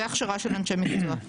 והכשרה של אנשי מקצוע,